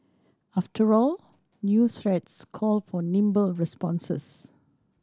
after all new threats call for nimble responses